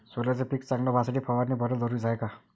सोल्याचं पिक चांगलं व्हासाठी फवारणी भरनं जरुरी हाये का?